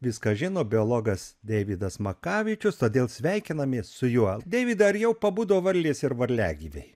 viską žino biologas deividas makavičius todėl sveikinamės su juo deividai ar jau pabudo varlės ir varliagyviai